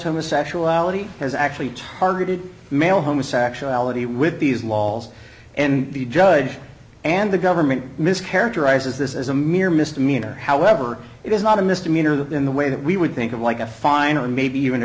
homosexuality has actually targeted male homosexuality with these laws and the judge and the government miss characterizes this as a mere misdemeanor however it is not a misdemeanor in the way that we would think of like a fine or maybe even a